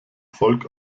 volk